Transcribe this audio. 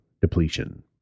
depletion